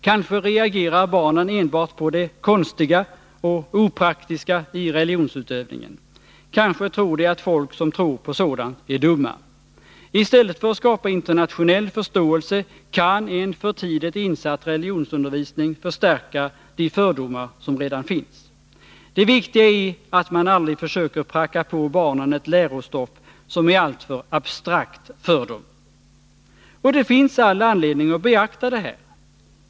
Kanske reagerar barnen enbart på det ”konstiga” och ”opraktiska” i religionsutövningen. Kanske tror de att folk som tror på sådant är dumma. I stället för att skapa internationell förståelse kan en för tidigt insatt religionsundervisning förstärka de fördomar som redan finns. Det viktiga är att man aldrig försöker pracka på barnen ett lärostoff som är alltför abstrakt för dem.” Det finns all anledning att beakta det här.